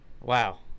Wow